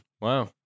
Wow